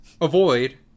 Avoid